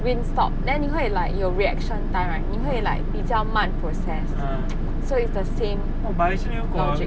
green stop then 你会 like 有 reaction direct 你会 like 比较慢 process so it's the same logic